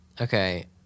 Okay